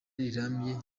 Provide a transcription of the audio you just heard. rirambye